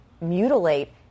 mutilate